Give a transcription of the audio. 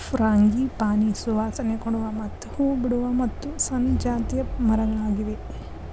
frangipani ಸುವಾಸನೆ ಕೊಡುವ ಮತ್ತ ಹೂ ಬಿಡುವ ಮತ್ತು ಸಣ್ಣ ಜಾತಿಯ ಮರಗಳಾಗಿವೆ